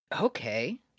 Okay